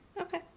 Okay